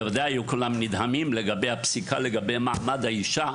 בוודאי היו כולם לגבי הפסיקה לגבי מעמד האישה,